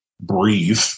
breathe